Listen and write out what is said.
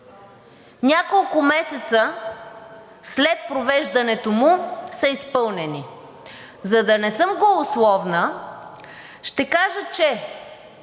няколко месеца след провеждането му са изпълнени. За да не съм голословна, ще кажа, че